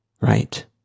Right